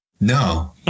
No